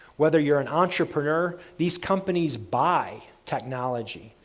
whether you're an entrepreneur, these companies buy technology.